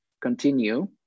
continue